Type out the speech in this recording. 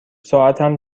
ساعتم